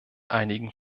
einigen